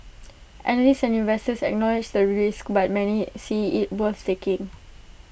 analysts and investors acknowledge the risk but many see IT worth taking